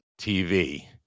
TV